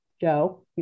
Joe